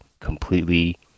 completely